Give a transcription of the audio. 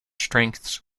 strengths